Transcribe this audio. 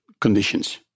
conditions